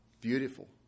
Beautiful